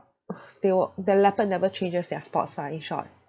they will the leopard never changes their spots ah in short